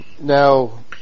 Now